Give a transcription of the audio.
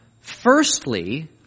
firstly